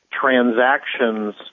transactions